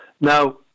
Now